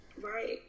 Right